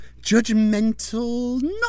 judgmental